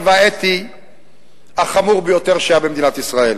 והאתי החמור ביותר שהיה במדינת ישראל.